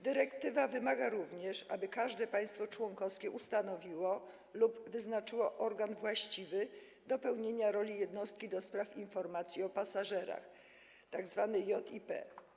Dyrektywa wymaga również, aby każde państwo członkowskie ustanowiło lub wyznaczyło organ właściwy do pełnienia roli jednostki do spraw informacji o pasażerach, tzw. JIP.